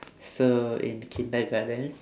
so in kindergarten